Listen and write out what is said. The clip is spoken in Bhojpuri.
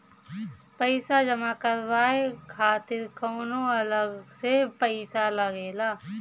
पईसा जमा करवाये खातिर कौनो अलग से पईसा लगेला?